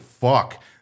fuck